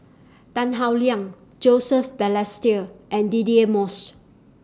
Tan Howe Liang Joseph Balestier and Deirdre Moss